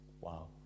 Wow